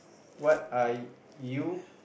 what are you